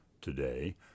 Today